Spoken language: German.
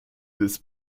des